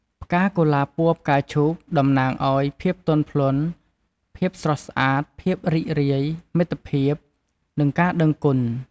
ផ្កាកុលាបពណ៌ផ្កាឈូកតំណាងឱ្យ ភាពទន់ភ្លន់ ភាពស្រស់ស្អាត ភាពរីករាយ មិត្តភាព និងការដឹងគុណ។